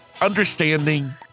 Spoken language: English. understanding